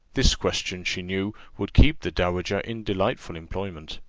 this question, she knew, would keep the dowager in delightful employment.